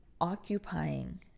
occupying